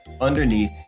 underneath